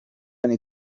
john